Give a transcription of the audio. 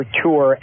tour